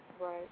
Right